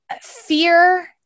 fear